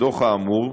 הדוח האמור,